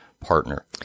partner